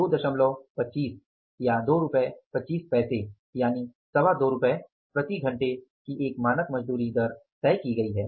2 दशमलव 25 या 2 रुपए 25 पैसे प्रति घंटे की एक मानक मजदूरी दर तय की गई है